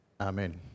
amen